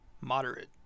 moderate